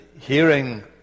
hearing